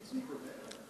איציק, באמת?